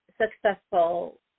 successful